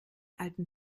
alten